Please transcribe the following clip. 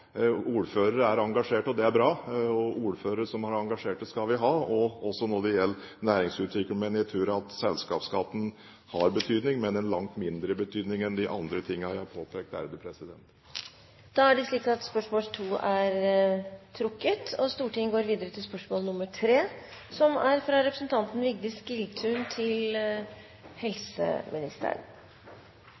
er engasjerte, og det er bra. Og ordførere som er engasjerte, skal vi ha, også når det gjelder næringsutvikling. Jeg tror at selskapsskatten har betydning, men en langt mindre betydning enn de andre tingene jeg har påpekt. Dette spørsmålet er trukket tilbake. «Ved DPS Hamar er det nå 26 ukers ventetid fra henvisningstidspunktet til